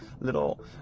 little